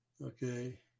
Okay